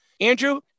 Andrew